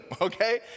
okay